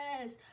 Yes